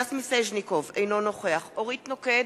סטס מיסז'ניקוב, אינו נוכח אורית נוקד,